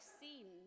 seen